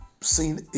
seen